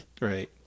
Right